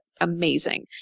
amazing